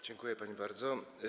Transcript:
Dziękuję pani bardzo.